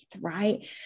Right